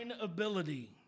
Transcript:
ability